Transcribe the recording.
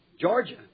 Georgia